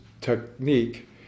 technique